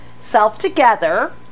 self-together